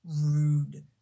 rude